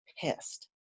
pissed